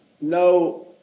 no